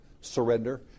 Surrender